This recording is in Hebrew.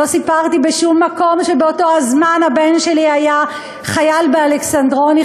לא סיפרתי בשום מקום שבאותו הזמן הבן שלי היה חייל באלכסנדרוני,